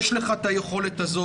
יש לך את היכולת הזאת.